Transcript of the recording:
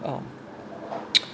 uh